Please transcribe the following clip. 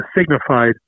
signified